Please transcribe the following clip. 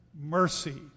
Mercy